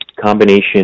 combination